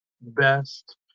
best